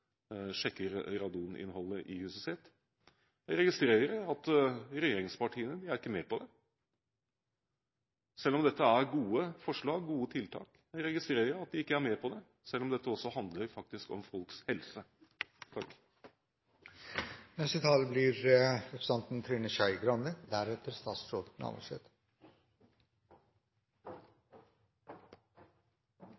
radoninnholdet i huset sitt. Jeg registrerer at regjeringspartiene ikke er med på det, selv om dette er gode forslag, gode tiltak. Jeg registrerer at de ikke er med på det, selv om dette faktisk også handler om folks helse.